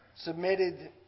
submitted